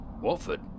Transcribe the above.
Watford